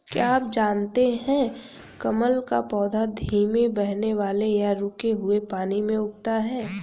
क्या आप जानते है कमल का पौधा धीमे बहने वाले या रुके हुए पानी में उगता है?